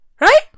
Right